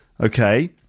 okay